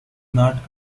not